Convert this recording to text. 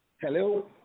Hello